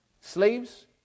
Slaves